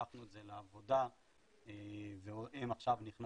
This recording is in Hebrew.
לקחנו את זה לעבודה והן עכשיו נכנסות